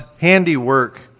handiwork